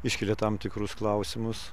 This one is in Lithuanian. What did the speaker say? iškelia tam tikrus klausimus